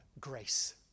grace